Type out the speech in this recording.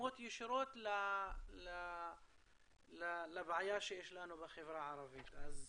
מתאימות ישירות לבעיה שיש לנו בחברה הערבית.